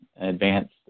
advanced